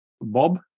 Bob